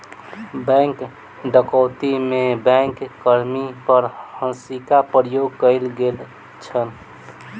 bank डकैती में bank कर्मी पर हिंसाक प्रयोग कयल गेल छल